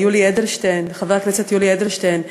לחבר הכנסת יולי אדלשטיין.